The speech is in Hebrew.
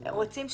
רוצים?